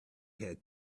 had